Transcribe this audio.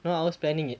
no I was planning it